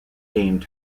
game